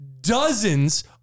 Dozens